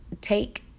take